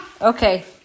Okay